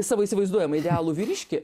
savo įsivaizduojamą idealų vyriškį